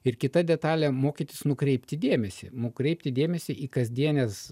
ir kita detalė mokytis nukreipti dėmesį nukreipti dėmesį į kasdienes